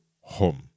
home